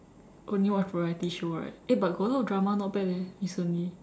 only watch variety show right eh but got a lot drama not bad leh recently